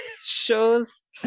shows